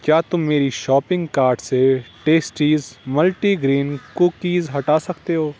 کیا تم میری شاپنگ کارٹ سے ٹیسٹیز ملٹی گرین کوکیز ہٹا سکتے ہو